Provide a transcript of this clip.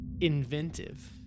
inventive